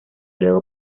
luego